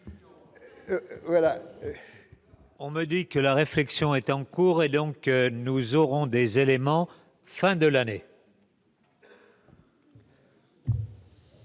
On me dit que la réflexion est en cours. Nous aurons des éléments à la fin de l'année.